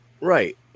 Right